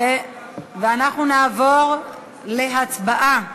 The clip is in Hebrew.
אנחנו נעבור להצבעה